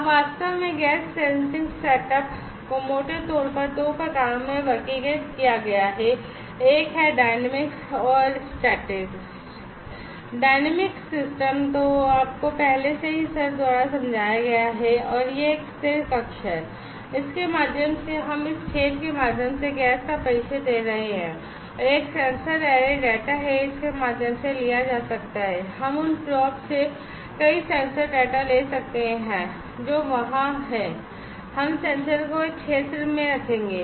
हां वास्तव में गैस सेंसिंग सेटअप को मोटे तौर पर दो प्रकारों में वर्गीकृत किया गया है एक है डायनेमिक्स डेटा है इस के माध्यम से लिया जा सकता है हम उन प्रोब से कई सेंसर डेटा ले सकते हैं जो वहां हैं हम सेंसर का एक क्षेत्र रखेंगे